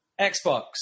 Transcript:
Xbox